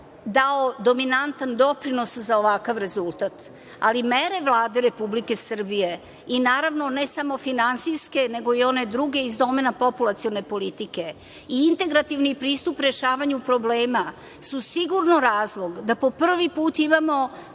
dao dominantan doprinos za ovakav rezultat, ali mere Vlade Republike Srbije i naravno, ne samo finansijske nego i one druge iz domena populacione politike i integrativni pristup rešavanju problema su sigurno razlog da po prvi put imamo